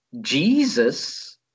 Jesus